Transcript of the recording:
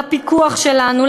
לפיקוח שלנו,